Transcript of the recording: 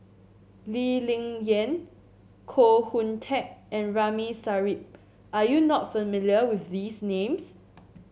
Lee Ling Yen Koh Hoon Teck and Ramli Sarip Are you not familiar with these names